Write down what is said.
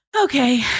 Okay